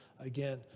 again